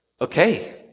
okay